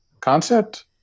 concept